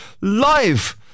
live